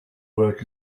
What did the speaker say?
work